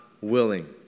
willing